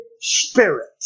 spirit